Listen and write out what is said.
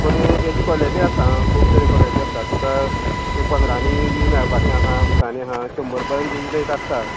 पूण तेजी कॉलेटी आसा खूब तरे कॉलेटी आसता तुका ते पंदरांनी बी मेळपाचें आसा विसांनी आसा शंबर पर्यंत तेजी रेट आसता